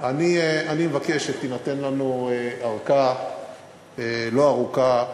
אני מבקש שתינתן לנו ארכה לא ארוכה,